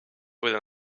within